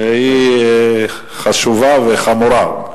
שהיא חשובה וחמורה.